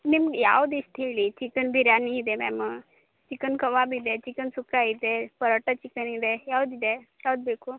ನಿಮ್ಗೆ ಯಾವ್ದು ಇಷ್ಟ ಹೇಳಿ ಚಿಕನ್ ಬಿರ್ಯಾನಿ ಇದೆ ಮ್ಯಾಮು ಚಿಕನ್ ಕಬಾಬ್ ಇದೆ ಚಿಕನ್ ಸುಕ್ಕ ಇದೆ ಪರೋಟ ಚಿಕನ್ ಇದೆ ಯಾವುದಿದೆ ಯಾವ್ದು ಬೇಕು